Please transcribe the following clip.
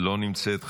לא נמצאת.